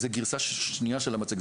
זו גרסה שנייה של המצגת,